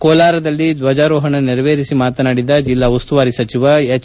ಕೋಲಾರದಲ್ಲಿ ರ್ವಜಾರೋಹಣ ನೆರವೇರಿಸಿ ಮಾತನಾಡಿದ ಜಿಲ್ಲಾ ಉಸ್ತುವಾರಿ ಸಚಿವ ಹೆಚ್